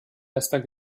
bester